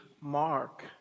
mark